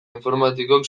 informatikok